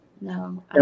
No